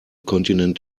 kontinent